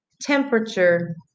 Temperature